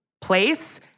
place